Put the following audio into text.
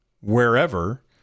wherever